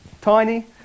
tiny